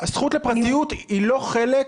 הזכות לפרטיות היא לא חלק,